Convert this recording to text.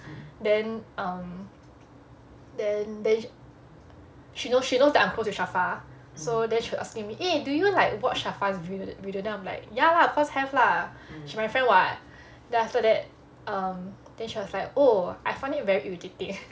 then um then then she knows I'm close with sharfaa so then she was asking me eh do you like watch sharfaa's vid~ videos then I'm like ya lah of course have lah she my friend [what] then after that um then she was like oh I find it very irritating